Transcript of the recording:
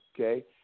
okay